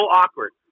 awkward